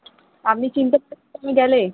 আপনি চিনতে পারবেন তো আমি গেলে